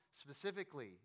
specifically